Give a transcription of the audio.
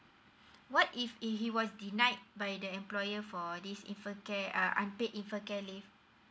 what if if he was denied by the employer for this infant care uh unpaid infant care leave